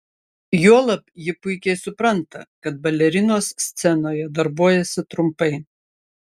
juolab ji puikiai supranta kad balerinos scenoje darbuojasi trumpai